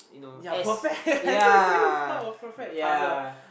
ya perfect that's why I say it's not a perfect puzzle